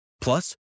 Plus